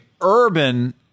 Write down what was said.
Urban